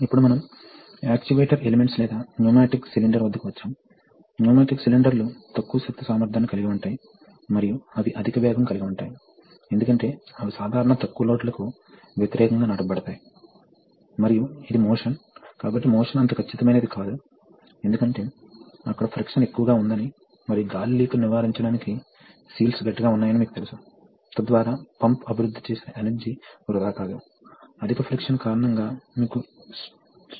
అప్పుడు ఏమి జరగబోతోంది అంటే ఇక్కడ ప్రెషర్ పెరుగుతుంది ఇది రెసిస్టన్స్ ఎదుర్కొన్నప్పుడల్లా ఇక్కడ ప్రెషర్ పెరుగుతుంది మరియు ఇది విరుద్ధంగా ఉంటుంది కాబట్టి ఇది ఇలా కనెక్ట్ చేయబడివుంది కాబట్టి ప్రెషర్ పెరిగిన తరువాత ఇది ఇలా కనెక్ట్ అవుతుంది మరియు దీని ద్వారా ప్రవహిస్తుంది కాబట్టి ఇప్పుడు దీని అంతటా పూర్తి ప్రెషర్ ఉంటుంది మరియు రిజనరేషన్ ఉండదు